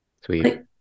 Sweet